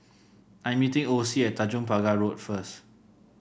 I'm meeting Osie at Tanjong Pagar Road first